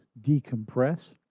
decompress